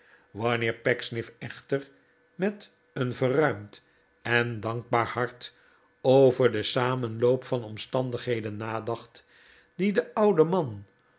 wanneer pecksniff echter met een verruimd en dankbaar hart over den samenloop van omstandigheden nadacht die den ouden man